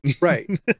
right